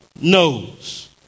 knows